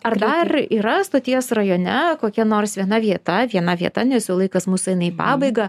ar dar yra stoties rajone kokia nors viena vieta viena vieta nes jau laikas mūsų eina į pabaigą